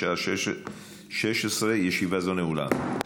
בשעה 16:00. ישיבה זו נעולה.